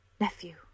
Nephew